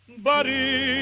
buddy,